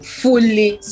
fully